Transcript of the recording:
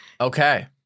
Okay